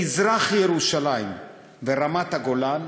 במזרח-ירושלים ורמת-הגולן,